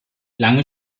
lange